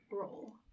roll